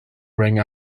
rang